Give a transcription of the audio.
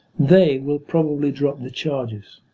they will probably drop the charge s.